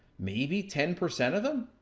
maybe ten percent of them.